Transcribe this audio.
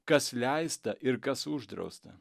kas leista ir kas uždrausta